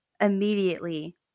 immediately